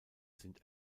sind